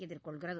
எதிர்கொள்கிறது